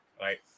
right